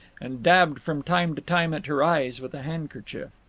and dabbed from time to time at her eyes with a handkerchief.